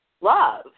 love